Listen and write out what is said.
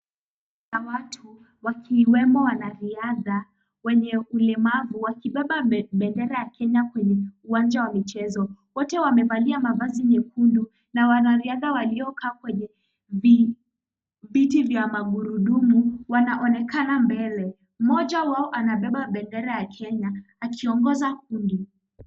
Kuna watu wakiwemo wanariadha wenye ulemavu wakibeba bendera ya Kenya kwenye uwanja wa michezo. Wote wamevalia mavazi mekundu na wanariadha walio kaa kwenye viti vya magurudumu wanaonekana mbele. Mmoja wao anabeba bendera ya Kenya akiongoza.